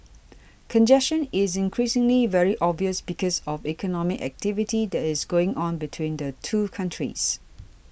congestion is increasingly very obvious because of economic activity that is going on between the two countries